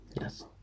Yes